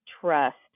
trust